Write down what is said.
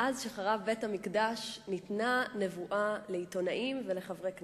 מאז חרב בית-המקדש ניתנה נבואה לעיתונאים ולחברי כנסת.